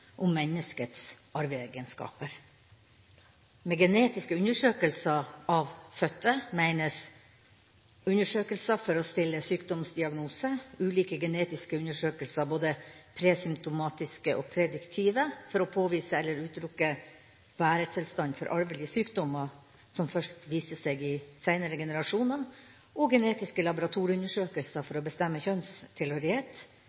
om menneskets arveegenskaper. Med genetiske undersøkelser av fødte menes undersøkelser for å stille sykdomsdiagnose, ulike genetiske undersøkelser – både presymptomatiske og prediktive – for å påvise eller utelukke bærertilstand for arvelige sykdommer som først viser seg i seinere generasjoner, og genetiske